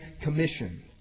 commission